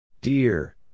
Dear